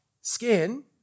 skin